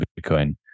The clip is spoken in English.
Bitcoin